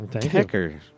Pecker